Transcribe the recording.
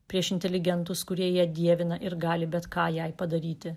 prieš inteligentus kurie ją dievina ir gali bet ką jai padaryti